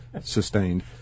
Sustained